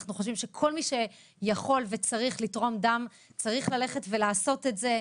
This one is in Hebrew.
ואנחנו חושבים שכל מי שיכול וצריך לתרום דם צריך לעשות את זה.